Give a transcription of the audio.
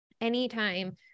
anytime